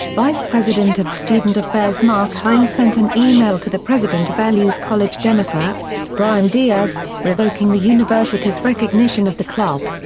vice president of student affairs mark hine sent an e-mail to the president of ah lu's college democrats, brian diaz, revoking the university's recognition of the club.